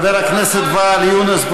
חבר הכנסת ואאל יונס,